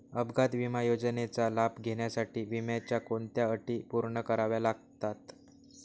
अपघात विमा योजनेचा लाभ घेण्यासाठी विम्याच्या कोणत्या अटी पूर्ण कराव्या लागतात?